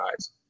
eyes